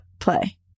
play